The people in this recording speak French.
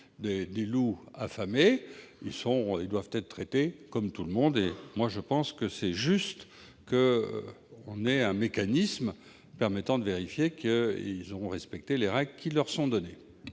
des loups affamés. Ils doivent être traités comme tout le monde. Il est donc juste qu'un mécanisme permette de vérifier qu'ils ont respecté les règles qui leur sont fixées.